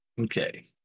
Okay